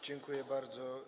Dziękuję bardzo.